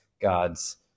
God's